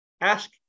ask